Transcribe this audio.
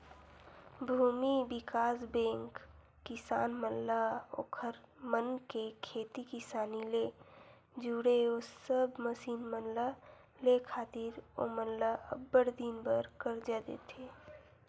भूमि बिकास बेंक किसान मन ला ओखर मन के खेती किसानी ले जुड़े ओ सब मसीन मन ल लेय खातिर ओमन ल अब्बड़ दिन बर करजा देथे